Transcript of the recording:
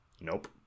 Nope